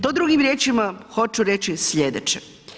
To drugim riječima hoću reći sljedeće.